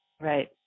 Right